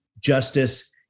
justice